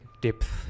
depth